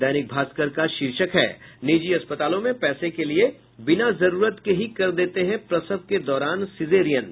दैनिक भास्कर का शीर्षक है निजी अस्पतालों में पैसे के लिये बिना जरूरत के ही कर देते हैं प्रसव के दौरान सिजेरियन